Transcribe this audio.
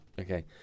okay